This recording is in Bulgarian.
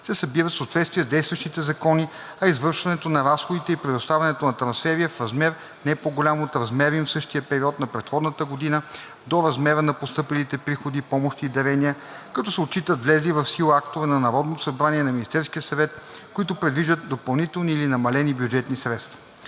се събират в съответствие с действащите закони, а извършването на разходите и предоставянето на трансфери е в размер, не по-голям от размера им за същия период на предходната година, до размера на постъпилите приходи, помощи и дарения, като се отчитат влезли в сила актове на Народното събрание и на Министерския съвет, които предвиждат допълнителни или намалени бюджетни средства.